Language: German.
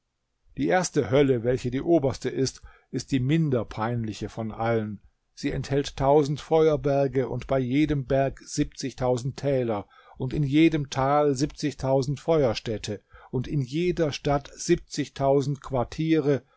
die erste hölle welche die oberste ist ist die minder peinliche von allen sie enthält tausend feuerberge und bei jedem berg täler und in jedem tal feuerstädte in jeder stadt quartiere